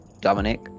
Dominic